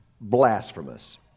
blasphemous